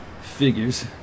figures